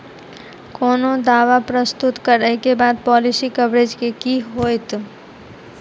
कोनो दावा प्रस्तुत करै केँ बाद पॉलिसी कवरेज केँ की होइत?